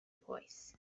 voice